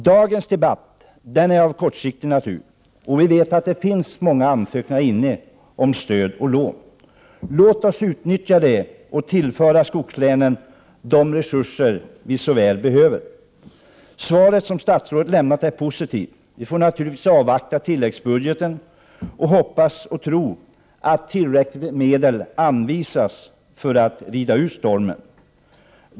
Dagens debatt är av kortsiktig natur, och vi vet att det finns många ansökningar inne om stöd och lån. Låt oss utnyttja detta och tillföra skogslänen de resurser vi så väl behöver. Det svar som statsrådet har lämnat är positivt. Vi får naturligtvis avvakta tilläggsbudgeten och hoppas och tro på att tillräckligt med medel anvisas för att rida ut stormen.